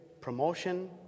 promotion